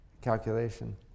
calculation